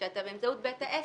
כשאתה, באמצעות בית העסק,